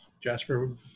Jasper